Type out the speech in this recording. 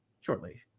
shortly